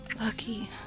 Lucky